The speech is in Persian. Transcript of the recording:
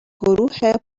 گروه